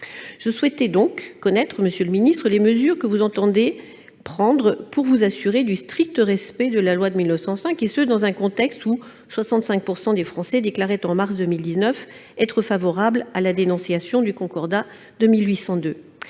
Je souhaiterais donc connaître, monsieur le ministre, les mesures que vous entendez prendre pour vous assurer du strict respect de la loi de 1905, et ce dans un contexte où 65 % des Français déclaraient en mars 2019 être favorables à la dénonciation du Concordat de 1802.